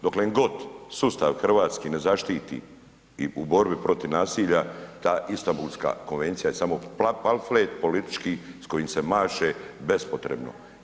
Doklen god sustav hrvatski ne zaštiti i u borbi protiv nasilja ta Istanbulska konvencija je samo pamflet politički s kojim se maše bespotrebno.